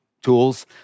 tools